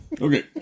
Okay